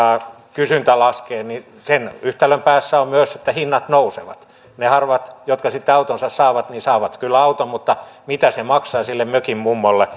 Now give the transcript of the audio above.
kysyntä laskee niin sen yhtälön päässä on myös se että hinnat nousevat ne harvat jotka sitten autonsa saavat saavat kyllä auton mutta mitä se maksaa sille mökinmummolle